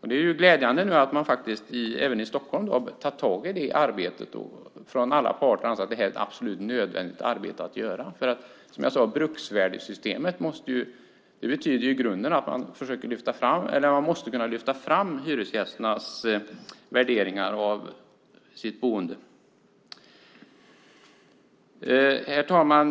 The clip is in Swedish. Det är glädjande att alla parter även i Stockholm har tagit tag i det arbetet och insett att det är ett absolut nödvändigt arbete att göra. Som jag sade betyder bruksvärdesystemet ju i grunden att man måste kunna lyfta fram hyresgästernas värdering av sitt boende. Herr talman!